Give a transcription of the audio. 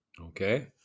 okay